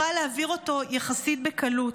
אוכל להעביר אותו יחסית בקלות.